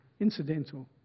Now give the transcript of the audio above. Incidental